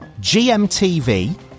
gmtv